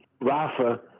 Rafa